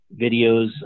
videos